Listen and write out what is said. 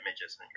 images